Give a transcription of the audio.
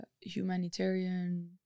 humanitarian